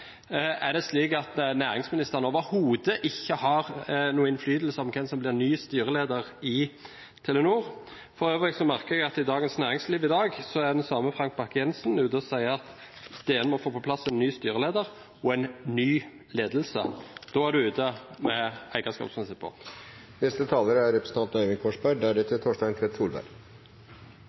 Er det slik at næringsministeren overhodet ikke har noe innflytelse på hvem som blir ny styreleder i Telenor? For øvrig merker jeg meg at i Dagens Næringsliv i dag er den samme Frank Bakke-Jensen ute og sier at Telenor må få på plass en ny styreleder og en ny ledelse. Da er det ute med eierskapsprinsippene. Vi har kommet til det punktet i debatten der man kan si at det er